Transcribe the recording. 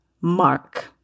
mark